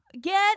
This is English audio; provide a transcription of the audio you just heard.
Get